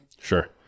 Sure